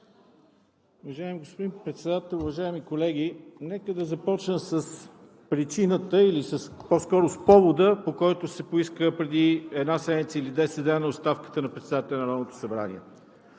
Уважаеми господин Председател, уважаеми колеги! Нека да започна с причината или по-скоро с повода, по който се поиска преди една седмица или десет дена оставката на председателя на Народното събрание.